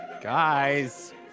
Guys